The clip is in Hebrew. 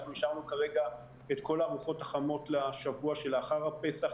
אנחנו אישרנו כרגע את כל הארוחות החמות לשבוע שלאחר הפסח,